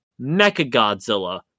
Mechagodzilla